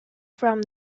from